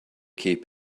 keep